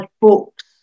books